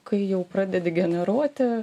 kai jau pradedi generuoti